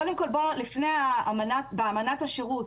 קודם כל, באמנת השירות